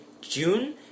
June